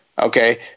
Okay